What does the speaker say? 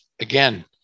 again